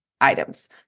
items